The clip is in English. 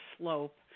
slope